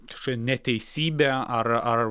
kažkokia neteisybė ar ar